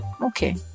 Okay